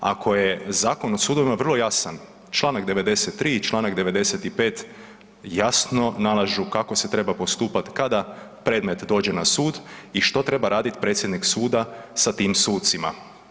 Ako je Zakon o sudovima vrlo jasan Članak 93. i Članak 95. jasno nalažu kako se treba postupati kada predmet dođe na sud i što treba raditi predsjednik suda sa tim sucima.